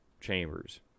chambers